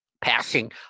passing